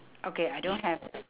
okay I don't have that